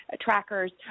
trackers